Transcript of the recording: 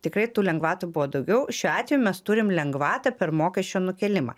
tų lengvatų buvo daugiau šiuo atveju mes turim lengvatą per mokesčio nukėlimą